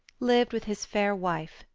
lived with his fair wife,